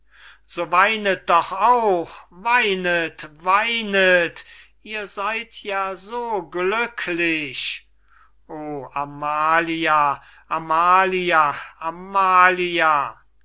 so weinet doch auch weinet weinet ihr seyd ja so glücklich o amalia amalia amalia